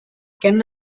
can